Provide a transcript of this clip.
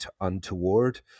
untoward